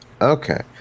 Okay